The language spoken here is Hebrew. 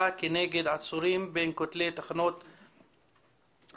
כנגד עצורים בין כותלי תחנות המשטרה.